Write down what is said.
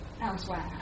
elsewhere